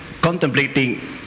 contemplating